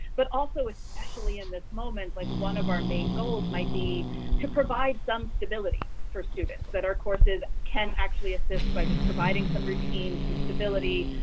but also, especially in this moment, like one of our main goals might be to provide some stability for students, that our courses can actually assist by just providing some routines and stability,